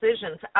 decisions